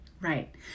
right